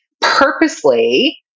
purposely